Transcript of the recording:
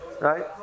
right